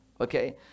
okay